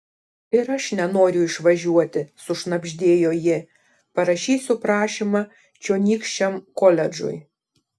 ir aš nenoriu išvažiuoti sušnabždėjo ji parašysiu prašymą čionykščiam koledžui